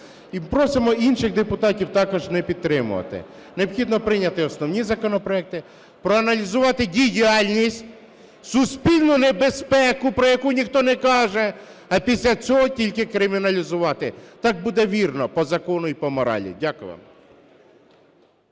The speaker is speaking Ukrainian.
І просимо інших депутатів також не підтримувати, необхідно прийняти основні законопроекти, проаналізувати діяльність, суспільну небезпеку, про яку ніхто не каже, а після цього тільки криміналізувати. Так буде вірно по закону і по моралі. Дякую вам.